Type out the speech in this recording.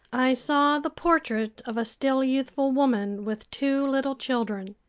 i saw the portrait of a still-youthful woman with two little children.